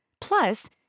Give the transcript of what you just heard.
Plus